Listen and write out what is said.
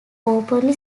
openly